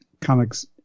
comics